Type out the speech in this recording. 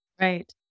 Right